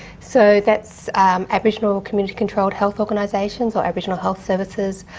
so, that's aboriginal community controlled health organisations or aboriginal health services,